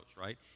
right